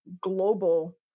global